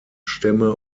stämme